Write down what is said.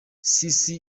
sisi